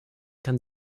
kann